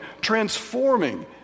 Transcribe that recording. transforming